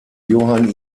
johann